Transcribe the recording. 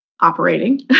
operating